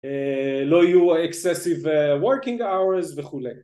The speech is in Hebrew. לא יהיו אקססיבה וורקינג האורז וכולי